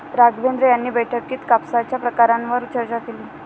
राघवेंद्र यांनी बैठकीत कापसाच्या प्रकारांवर चर्चा केली